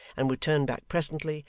and would turn back presently,